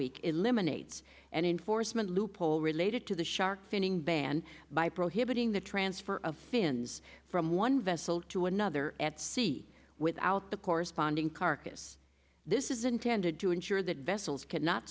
week eliminates an enforcement loophole related to the shark finning ban by voting the transfer of fins from one vessel to another at sea without the corresponding carcass this is intended to ensure that vessels cannot